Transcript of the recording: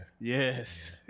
yes